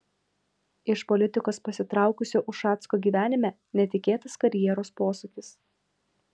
iš politikos pasitraukusio ušacko gyvenime netikėtas karjeros posūkis